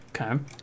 Okay